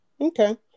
Okay